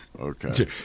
Okay